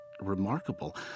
remarkable